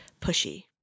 pushy